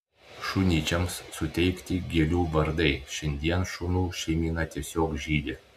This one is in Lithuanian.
šunyčiams suteikti gėlių vardai šiandien šunų šeimyna tiesiog žydi